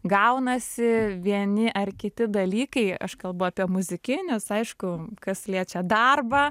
gaunasi vieni ar kiti dalykai aš kalbu apie muzikinius aišku kas liečia darbą